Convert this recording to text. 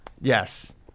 Yes